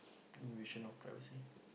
invasion of privacy